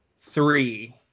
three